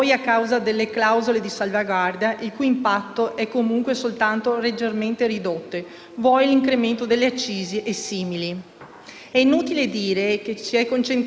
È inutile dire che ci si è concentrati sulle partite IVA perché, pur non aumentando formalmente la pressione fiscale, la situazione non cambia e in Italia è impossibile produrre.